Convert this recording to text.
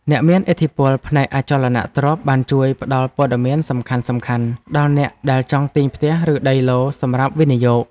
អ្នកមានឥទ្ធិពលផ្នែកអចលនទ្រព្យបានជួយផ្ដល់ព័ត៌មានសំខាន់ៗដល់អ្នកដែលចង់ទិញផ្ទះឬដីឡូតិ៍សម្រាប់វិនិយោគ។